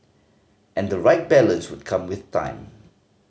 and the right balance would come with time